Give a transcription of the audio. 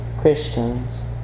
Christians